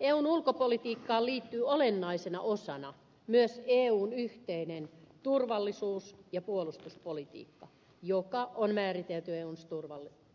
eun ulkopolitiikkaan liittyy olennaisena osana myös eun yhteinen turvallisuus ja puolustuspolitiikka joka on määritelty eun